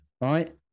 right